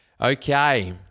Okay